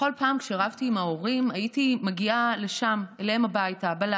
בכל פעם שרבתי עם ההורים הייתי מגיעה לשם בלילה,